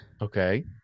Okay